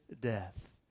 death